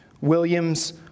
William's